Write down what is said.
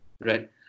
Right